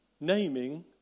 naming